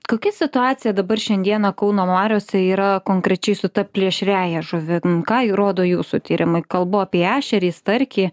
kokia situacija dabar šiandieną kauno mariose yra konkrečiai su ta plėšriąja žuvimi ką ji rodo jūsų tyrimui kalbu apie ešerį starkį